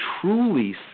truly